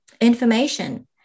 information